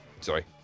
Sorry